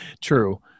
True